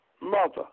mother